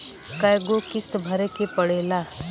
कय गो किस्त भरे के पड़ेला?